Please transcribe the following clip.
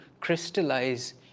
crystallize